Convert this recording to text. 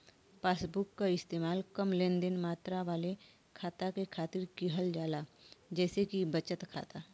passbook क इस्तेमाल कम लेनदेन मात्रा वाले खाता के खातिर किहल जाला जइसे कि बचत खाता